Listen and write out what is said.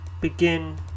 Begin